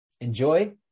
Enjoy